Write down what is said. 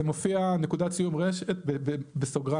זה מופיע "נקודת סיום רשת (נס"ר)"